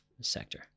sector